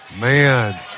Man